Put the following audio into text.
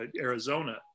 Arizona